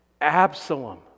Absalom